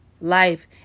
life